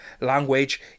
language